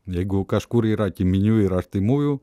jeigu kažkur yra giminių ir artimųjų